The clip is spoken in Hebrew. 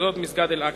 ביסודות מסגד אל-אקצא.